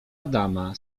adama